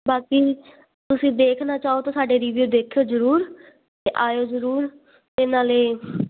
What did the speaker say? ਬਾਕੀ ਤੁਸੀਂ ਦੇਖਣਾ ਚਾਹੋ ਤਾਂ ਸਾਡੇ ਰੀਵਿਊ ਦੇਖਿਓ ਜਰੂਰ ਤੇ ਆਇਓ ਜਰੂਰ ਤੇ ਨਾਲੇ